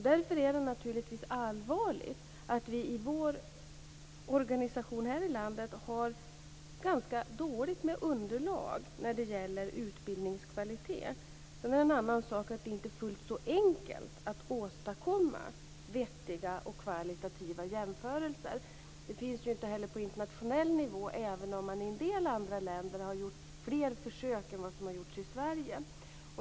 Därför är det naturligtvis allvarligt att vi i vår organisation här i landet har ganska dåligt med underlag när det gäller utbildningskvalitet. Sedan är det en annan sak att det inte är fullt så enkelt att åstadkomma vettiga och kvalitativa jämförelser. Det finns ju heller inte på internationell nivå, även om man i en del andra länder har gjort fler försök än vad som har gjorts i Sverige.